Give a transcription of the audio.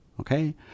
Okay